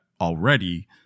already